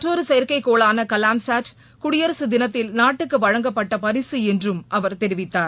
மற்றொரு செயற்கைக் கோளான கலாம் சாட் குடியரசு தினத்தில் நாட்டுக்கு வழங்கப்பட்ட பரிசு என்றும் அவர் தெரிவித்தார்